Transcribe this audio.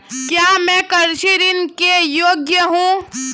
क्या मैं कृषि ऋण के योग्य हूँ?